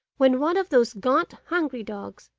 when one of those gaunt, hungry dogs,